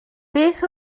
beth